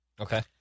Okay